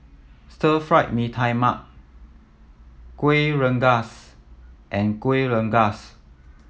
Stir Fried Mee Tai Mak Kuih Rengas and Kuih Rengas